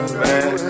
man